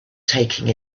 taking